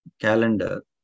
calendar